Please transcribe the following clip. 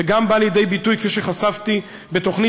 וזה גם בא לידי ביטוי כפי שחשפתי בתוכנית